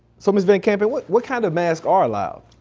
so miss vancampen, what what kind of masks are allowed?